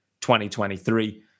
2023